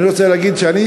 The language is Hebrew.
אני רוצה להגיד שאני,